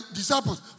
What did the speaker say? disciples